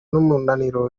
n’umunaniro